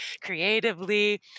creatively